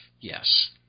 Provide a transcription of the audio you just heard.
Yes